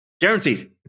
Guaranteed